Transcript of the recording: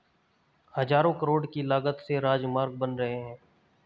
हज़ारों करोड़ की लागत से राजमार्ग बन रहे हैं